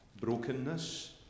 brokenness